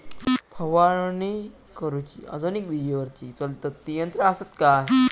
फवारणी करुची आधुनिक विजेवरती चलतत ती यंत्रा आसत काय?